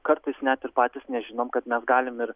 kartais net ir patys nežinom kad mes galim ir